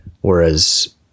Whereas